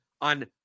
on